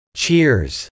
cheers